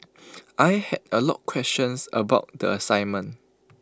I had A lot questions about the assignment